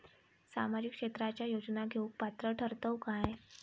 सामाजिक क्षेत्राच्या योजना घेवुक पात्र ठरतव काय?